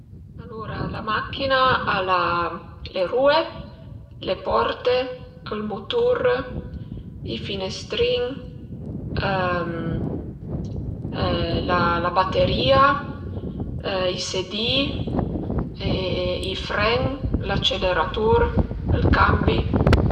Alura la machina al a le rue, le porte, ël mutur, i finestrin la baterìa, i sedi-i, i fren, l'aceleratur, ël cambi